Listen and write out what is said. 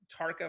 Tarka